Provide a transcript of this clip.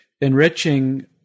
enriching